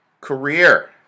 career